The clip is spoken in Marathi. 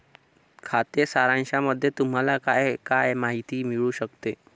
खाते सारांशामध्ये तुम्हाला काय काय माहिती मिळू शकते?